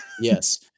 Yes